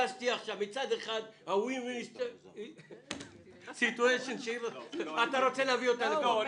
מצד אחד WIN-WIN SITUATION אתה רוצה להביא אותה לפה?